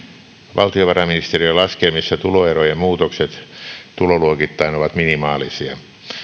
valtiovarainministeriön laskelmissa tuloerojen muutokset tuloluokittain ovat minimaalisia